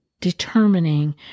determining